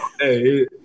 Hey